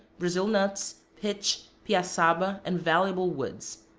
brazil nuts, pitch, piassaba, and valuable woods.